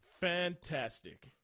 Fantastic